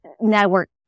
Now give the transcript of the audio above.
Network